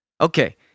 okay